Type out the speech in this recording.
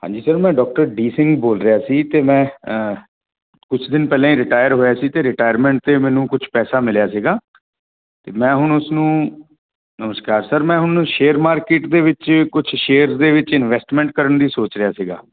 ਹਾਂਜੀ ਸਰ ਮੈਂ doctor D Singh ਬੋਲ ਰਿਹਾ ਸੀ ਅਤੇ ਮੈਂ ਕੁਛ ਦਿਨ ਪਹਿਲਾਂ ਹੀ ਰਿਟਾਇਰ ਹੋਇਆ ਸੀ ਅਤੇ ਰਿਟਾਇਰਮੈਂਟ 'ਤੇ ਮੈਨੂੰ ਕੁਛ ਪੈਸਾ ਮਿਲਿਆ ਸੀਗਾ ਅਤੇ ਮੈਂ ਹੁਣ ਉਸ ਨੂੰ ਨਮਸਕਾਰ ਸਰ ਮੈਂ ਹੁਣ ਸ਼ੇਅਰ ਮਾਰਕੀਟ ਦੇ ਵਿੱਚ ਕੁਛ ਸ਼ੇਅਰ ਦੇ ਵਿੱਚ ਇਨਵੈਸਟਮੈਂਟ ਕਰਨ ਦੀ ਸੋਚ ਰਿਹਾ ਸੀਗਾ